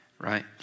right